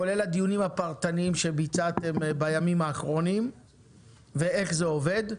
כולל הדיונים הפרטניים שביצעתם בימים האחרונים ואיך זה עובד,